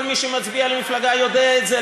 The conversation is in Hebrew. כל מי שמצביע למפלגה יודע את זה,